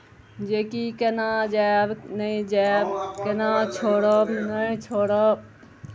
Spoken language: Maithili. जेकि केना जायब नहि जायब केना छोड़ब नहि छोड़ब